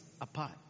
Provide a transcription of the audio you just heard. apart